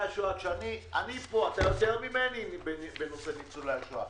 השואה אתה יותר ממני בנושא ניצולי השואה,